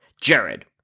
Jared